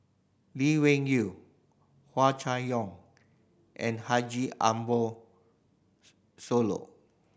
Lee Wung Yew Hua Chai Yong and Haji Ambo Sooloh